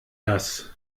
das